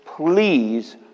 Please